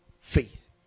Faith